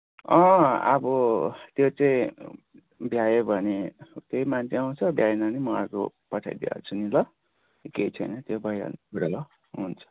अँ अब त्यो चाहिँ भ्यायो भने त्यही मान्छे आउँछ भ्याएन भने म अर्को पठाइदिइहाल्छुु नि ल केही छैन त्यो भइहाल्ने कुरो हो हुन्छ